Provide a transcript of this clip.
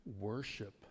worship